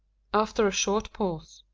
after a short pause.